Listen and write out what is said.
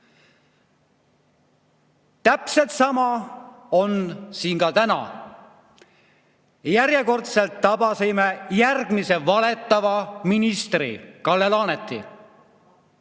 Täpselt sama on siin ka täna. Järjekordselt tabasime järgmise valetava ministri, Kalle Laaneti.